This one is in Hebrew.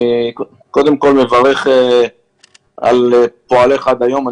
אני מברך על פועלך עד היום.